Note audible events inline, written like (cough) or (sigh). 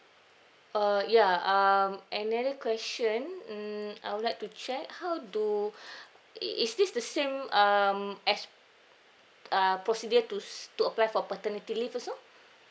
uh ya um another question um I would like to check how do (breath) it it's this the same um as err procedure to s~ to apply for paternity leave also